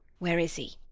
where is he?